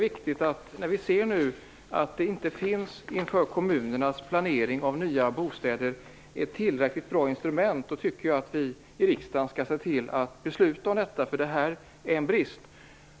När vi nu ser att det inför kommunernas planering av nya bostäder inte finns ett tillräckligt bra instrument, tycker jag att vi i riksdagen skall se till att besluta om detta, för det här är en brist.